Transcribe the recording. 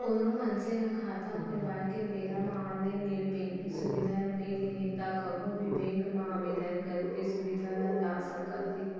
कोनो मनसे ह खाता खोलवाए के बेरा म ऑनलाइन नेट बेंकिंग सुबिधा ल नइ लेहे त कभू भी बेंक म आवेदन करके सुबिधा ल ल सकत हे